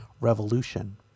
Revolution